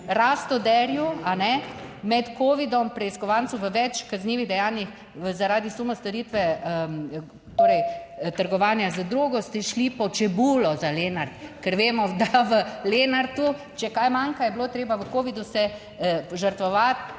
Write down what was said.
Rastoderju, med covidom, preiskovancu v več kaznivih dejanjih zaradi suma storitve torej trgovanja z drogo, ste šli po čebulo za Lenart, ker vemo, da v Lenartu, če kaj manjka, je bilo treba v covidu se žrtvovati